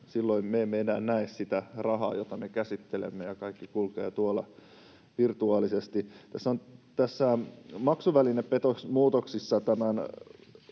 silloin me emme enää näe sitä rahaa, jota me käsittelemme, ja kaikki kulkee tuolla virtuaalisesti. Näiden maksuvälinepetoksia